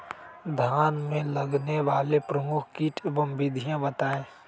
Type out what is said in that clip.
धान में लगने वाले प्रमुख कीट एवं विधियां बताएं?